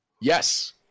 Yes